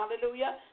Hallelujah